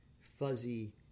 fuzzy